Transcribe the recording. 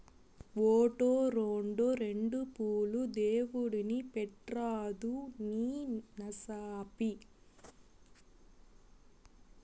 ఓటో, రోండో రెండు పూలు దేవుడిని పెట్రాదూ నీ నసాపి